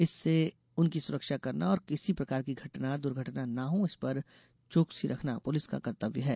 इससे उनकी सुरक्षा करना और किसी प्रकार की घटना दुर्घटना न हो इसपर चौकसी रखना पुलिस का कर्तव्य है